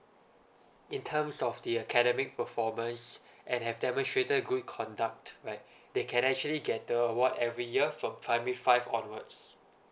in terms of the academic performance and have demonstrated good conduct right they can actually get the award every year from primary five onwards